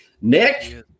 Nick